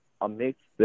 amidst